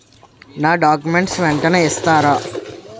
నా డాక్యుమెంట్స్ వెంటనే ఇస్తారా?